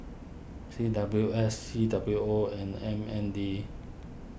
C W S C W O and M N D